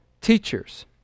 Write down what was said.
teachers